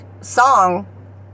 song